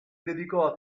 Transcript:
dedicò